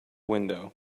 window